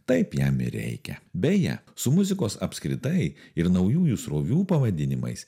taip jam ir reikia beje su muzikos apskritai ir naujųjų srovių pavadinimais